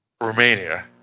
Romania